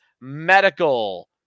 Medical